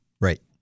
right